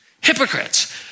Hypocrites